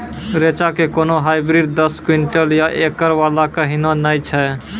रेचा के कोनो हाइब्रिड दस क्विंटल या एकरऽ वाला कहिने नैय छै?